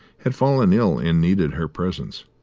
had fallen ill and needed her presence.